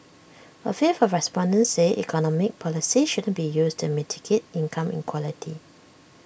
A fifth of respondents said economic policies shouldn't be used to mitigate income inequality